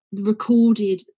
recorded